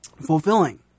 fulfilling